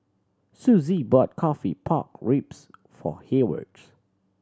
Sussie bought coffee pork ribs for Heyward